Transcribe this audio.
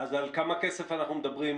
אז על כמה כסף אנחנו מדברים,